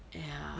ya